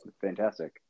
fantastic